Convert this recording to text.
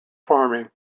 farming